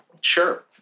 Sure